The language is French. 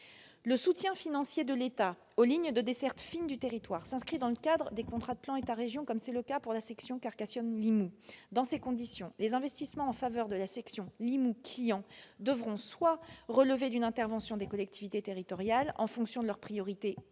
Le soutien financier de l'État aux lignes de desserte fine du territoire s'inscrit dans le cadre des contrats de plan État-région, comme c'est le cas pour la section Carcassonne-Limoux. Dans ces conditions, les investissements en faveur de la section Limoux-Quillan devront donc soit relever d'une intervention des collectivités territoriales, en fonction de leurs priorités au